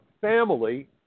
family